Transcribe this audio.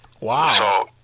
Wow